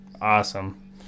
awesome